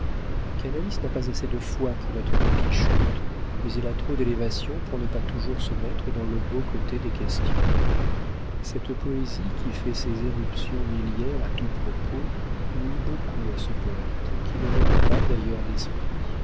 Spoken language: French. canalis n'a pas assez de foi pour être don quichotte mais il a trop d'élévation pour ne pas toujours se mettre dans le beau côté des questions cette poésie qui fait ses éruptions miliaires à tout propos nuit beaucoup à ce poëte qui ne manque pas d'ailleurs d'esprit